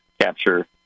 capture